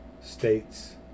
states